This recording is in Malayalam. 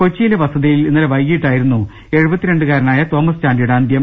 കൊച്ചിയിലെ വസതിയിൽ ഇന്നലെ വൈകീട്ടായിരുന്നു എഴുപ ത്തിരണ്ടുകാരനായ തോമസ് ചാണ്ടിയുടെ അന്തൃം